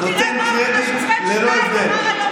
אני נותן קרדיט ללא הבדל.